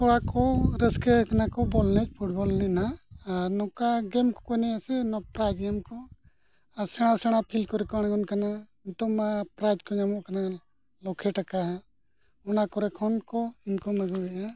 ᱠᱚᱲᱟ ᱠᱚ ᱨᱟᱹᱥᱠᱟᱹ ᱠᱟᱱᱟ ᱠᱚ ᱵᱚᱞ ᱮᱱᱮᱡ ᱯᱷᱩᱴᱵᱚᱞ ᱮᱱᱮᱡ ᱱᱟᱜ ᱟᱨ ᱱᱚᱝᱠᱟ ᱜᱮᱹᱢ ᱠᱚᱠᱚ ᱮᱱᱮᱡᱼᱟ ᱥᱮ ᱱᱚᱣᱟ ᱯᱨᱟᱭᱤᱡᱽ ᱜᱮᱹᱢ ᱠᱚ ᱟᱨ ᱥᱮᱬᱟ ᱥᱮᱬᱟ ᱯᱷᱤᱞᱰ ᱠᱚᱨᱮ ᱠᱚ ᱟᱬᱜᱚᱱ ᱠᱟᱱᱟ ᱱᱤᱛᱚᱝ ᱢᱟ ᱯᱨᱟᱭᱤᱡᱽ ᱠᱚ ᱧᱟᱢᱚᱜ ᱠᱟᱱᱟ ᱞᱚᱠᱷᱮ ᱴᱟᱠᱟ ᱚᱱᱟ ᱠᱚᱨᱮ ᱠᱷᱚᱱ ᱤᱱᱠᱟᱢ ᱟᱹᱜᱩᱭᱮᱜᱼᱟ